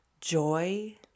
joy